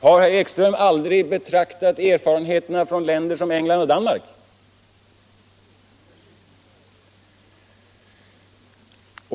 Har herr Ekström aldrig beaktat erfarenheterna från länder som England och Danmark?